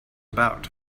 about